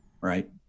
right